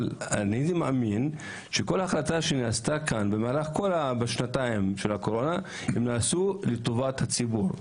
אבל כל החלטה שנעשתה במהלך השנתיים של הקורונה נעשתה לטובת הציבור.